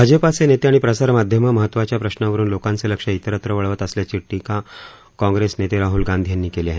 भाजपाचे नेते आणि प्रसारमाध्यमं महत्त्वाच्या प्रश्नांवरुन लोकांचं लक्ष इतरत्र वळवत असल्याची टीका काँग्रेस नेते राहुल गांधी यांनी केली आहे